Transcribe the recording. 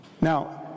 Now